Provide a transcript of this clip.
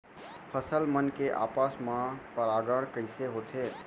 फसल मन के आपस मा परागण कइसे होथे?